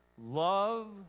love